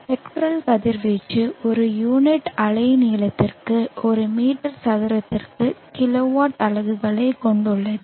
spectral கதிர்வீச்சு ஒரு unit அலைநீளத்திற்கு ஒரு மீட்டர் சதுரத்திற்கு கிலோவாட் அலகுகளைக் கொண்டுள்ளது